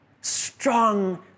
Strong